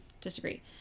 disagree